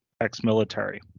ex-military